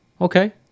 Okay